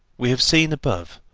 we have seen above,